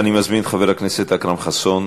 אני מזמין את חבר הכנסת אכרם חסון.